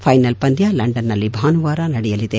final ಪಂದ್ಯ London ನಲ್ಲಿ ಭಾನುವಾರ ನಡೆಯಲಿದೆ